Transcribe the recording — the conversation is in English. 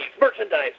merchandise